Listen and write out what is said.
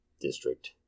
district